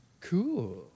Cool